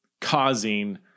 causing